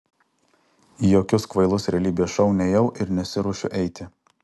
į jokius kvailus realybės šou nėjau ir nesiruošiu eiti